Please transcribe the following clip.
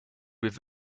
with